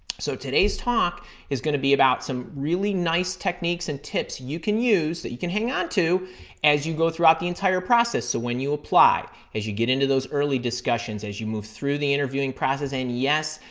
so, today's talk is going to be about some really nice techniques and tips you can use, that you can hang on to as you go throughout the entire process, so when you apply, as you get into those early discussions, as you move through the interviewing process, and yes,